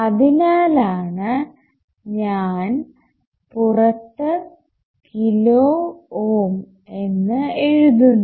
അതിനാലാണു ഞാൻ പുറത്ത് kilo ohm എന്ന് എഴുതുന്നത്